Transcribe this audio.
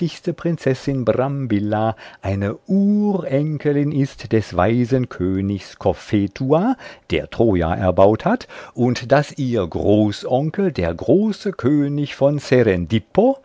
prinzessin brambilla eine urenkelin ist des weisen königs cophetua der troja erbaut hat und daß ihr großonkel der große könig von